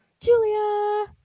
Julia